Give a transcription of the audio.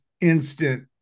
instant